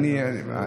אז שלא יכבד לבבך.